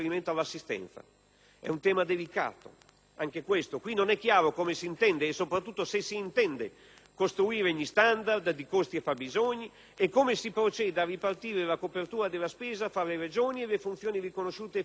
È un tema delicato anche questo. Non è chiaro come si intenda e soprattutto se si intende costruire gli standard di costi e fabbisogni e come si proceda a ripartire la copertura della spesa fra le Regioni e le funzioni riconosciute e finanziate ai Comuni.